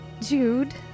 Jude